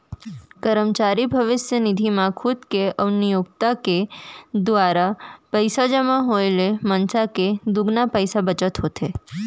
करमचारी भविस्य निधि म खुद के अउ नियोक्ता के दुवारा पइसा जमा होए ले मनसे के दुगुना पइसा बचत होथे